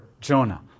Jonah